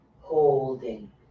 Holding